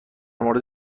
مورد